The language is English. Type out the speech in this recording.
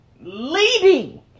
leading